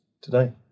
today